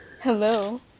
hello